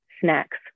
snacks